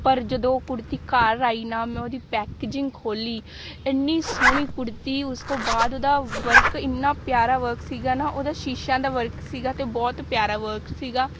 ਪਰ ਜਦੋਂ ਉਹ ਕੁੜਤੀ ਘਰ ਆਈ ਨਾ ਮੈਂ ਉਹਦੀ ਪੈਕਜਿੰਗ ਖੋਲੀ ਇੰਨੀ ਸੋਹਣੀ ਕੁੜਤੀ ਉਸ ਤੋਂ ਬਾਅਦ ਉਹਦਾ ਵਰਕ ਇੰਨਾ ਪਿਆਰਾ ਵਰਕ ਸੀਗਾ ਨਾ ਉਹਦਾ ਸ਼ੀਸ਼ਿਆਂ ਦਾ ਵਰਕ ਸੀਗਾ ਅਤੇ ਬਹੁਤ ਪਿਆਰਾ ਵਰਕ ਸੀਗਾ